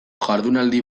jardunaldi